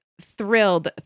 thrilled